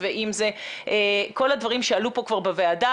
גם לאיתור וגם לסיוע וגם לכל מה שנובע מכן